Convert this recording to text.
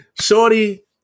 shorty